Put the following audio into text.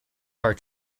are